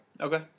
Okay